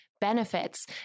Benefits